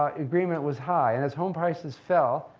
ah agreement was high. and as home prices fell,